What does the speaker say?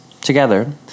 Together